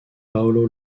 paolo